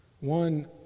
One